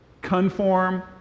conform